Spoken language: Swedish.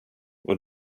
och